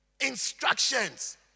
Instructions